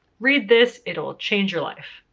read this. it'll change your life.